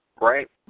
right